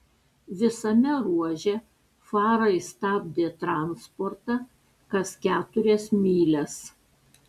visame ruože farai stabdė transportą kas keturias mylias